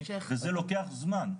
וזה לוקח זמן.